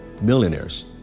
millionaires